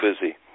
busy